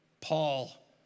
Paul